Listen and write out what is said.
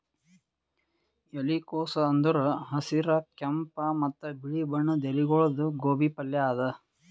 ಎಲಿಕೋಸ್ ಅಂದುರ್ ಹಸಿರ್, ಕೆಂಪ ಮತ್ತ ಬಿಳಿ ಬಣ್ಣದ ಎಲಿಗೊಳ್ದು ಗೋಬಿ ಪಲ್ಯ ಅದಾ